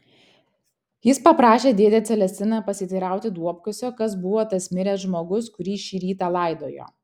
jis paprašė dėdę celestiną pasiteirauti duobkasio kas buvo tas miręs žmogus kurį šį rytą laidojo